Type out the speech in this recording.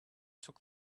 took